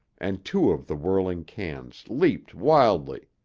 and two of the whirling cans leaped wildly.